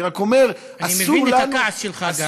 אני רק אומר, אני מבין את הכעס שלך גם.